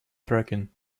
tracking